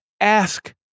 Ask